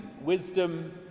wisdom